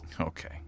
Okay